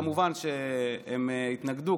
כמובן שהם התנגדו,